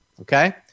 okay